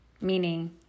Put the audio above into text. meaning